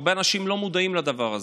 הרבה אנשים לא מודעים לדבר הזה.